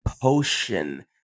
potion